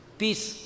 peace